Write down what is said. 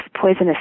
poisonous